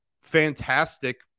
fantastic